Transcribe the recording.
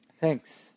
Thanks